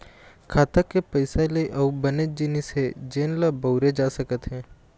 खाता के पइसा ले अउ बनेच जिनिस हे जेन ल बउरे जा सकत हे